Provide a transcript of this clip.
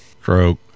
stroke